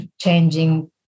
changing